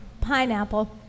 Pineapple